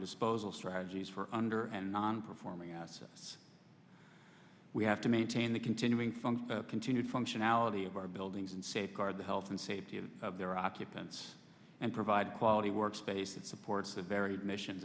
disposal strategies for under and non performing assets we have to maintain the continuing funds continued functionality of our buildings and safeguard the health and safety of their occupants and provide quality work space that supports the varied missions